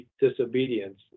disobedience